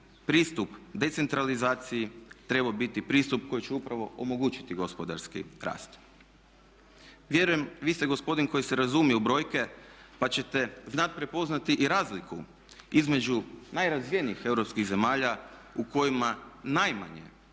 pristup decentralizaciji trebao biti pristup koji će upravo omogućiti gospodarski rast. Vjerujem, vi ste gospodin koji se razumije u brojke, pa ćete znati prepoznati i razliku između najrazvijenijih europskih zemalja u kojima najmanje,